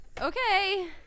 Okay